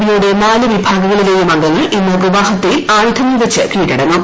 B യുടെ നാല് വിഭാഗങ്ങളിലെയും അംഗങ്ങൾ ഇന്ന് ഗുവഹത്തിയിൽ ആയുധങ്ങൾ വച്ച് കീഴടങ്ങും